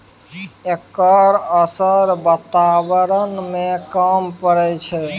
एकर असर बाताबरण में कम परय छै